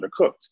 undercooked